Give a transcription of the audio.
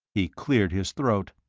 he cleared his throat.